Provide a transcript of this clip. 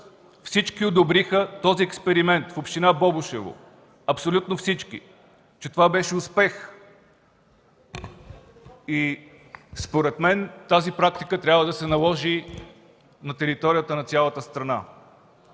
Всички одобриха този експеримент в община Бобошево – абсолютно всички. Това беше успех. Според мен тази практика трябва да се наложи на територията на цялата страна.